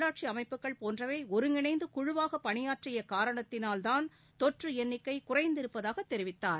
உள்ளாட்சி அமைப்புகள் போன்றவை ஒருங்கிணைந்து குழுவாக பணியாற்றிய காரணத்தினால்தான் தொற்று எண்ணிக்கை குறைந்திருப்பதாக தெரிவித்தார்